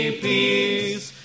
peace